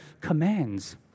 commands